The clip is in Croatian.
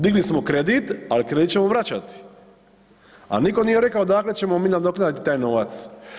Digli smo kredit, al kredit ćemo vraćati, al niko nije rekao odakle ćemo mi nadoknaditi taj novac.